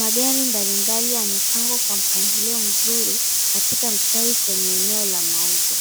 Magari mbalimbali yamepangwa kwa mpangilio mzuri katika mstari kwenye eneo la mauzo,